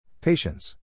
Patience